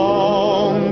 Long